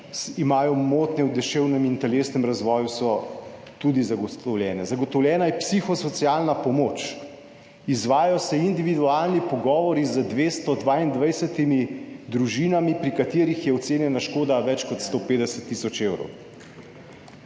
imajo motnje v duševnem in telesnem razvoju, so tudi zagotovljene. Zagotovljena je psihosocialna pomoč, izvajajo se individualni pogovori z 222 družinami, pri katerih je ocenjena škoda več kot 150 tisoč evrov.